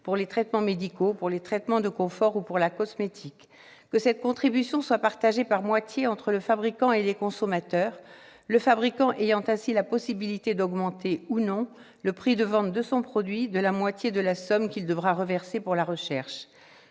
pour les traitements médicaux, pour les traitements de confort ou pour la cosmétique, que cette contribution soit partagée par moitié entre le fabricant et les consommateurs, le fabricant ayant ainsi la possibilité d'augmenter ou non le prix de vente de son produit de la moitié de la somme qu'il devra reverser pour la recherche,